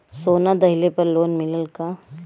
सोना दहिले पर लोन मिलल का?